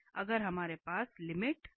अगर हमारे पास है